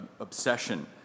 obsession